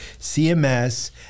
CMS